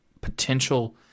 potential